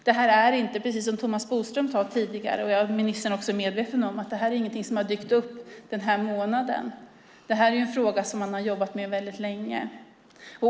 Det är inte, precis som Thomas Bodström sade tidigare och som ministern också är medveten om, någonting som har dykt upp den här månaden. Det är en fråga som man har jobbat med väldigt länge.